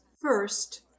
First